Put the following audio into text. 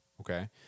Okay